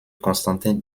constantin